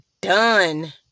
done